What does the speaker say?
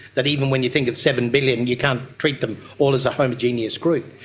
that even when you think of seven billion you can't treat them all as a homogeneous group.